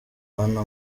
anna